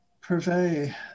purvey